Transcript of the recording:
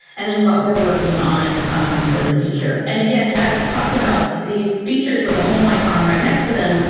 and then what we're working on for the feature. and again, as talked about, these features with the home icon right next to them,